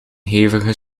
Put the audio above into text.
hevige